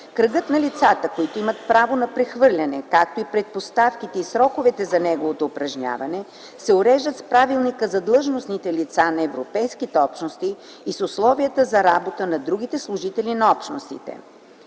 Кръгът на лицата, които имат право на прехвърляне, както и предпоставките и сроковете за неговото упражняване се уреждат с Правилника за длъжностните лица на Европейските общности и с Условията за работа на другите служители на Общностите.